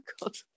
God